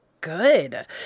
good